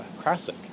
classic